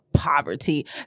Poverty